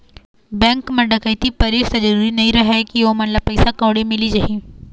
bank म डकैती परिस त जरूरी नइ रहय के ओमन ल पइसा कउड़ी मिली जाही